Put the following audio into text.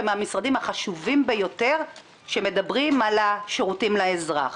ומהמשרדים החשובים ביותר שמדברים על השירותים לאזרח.